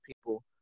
people